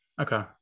Okay